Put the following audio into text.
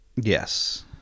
Yes